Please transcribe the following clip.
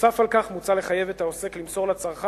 נוסף על כך מוצע לחייב את העוסק למסור לצרכן,